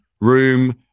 room